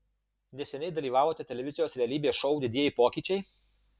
neseniai dalyvavote televizijos realybės šou didieji pokyčiai